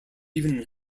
even